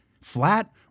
flat